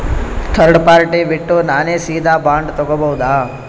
Third party ಬಿಟ್ಟು ನಾನೇ ಸೀದಾ ಬಾಂಡ್ ತೋಗೊಭೌದಾ?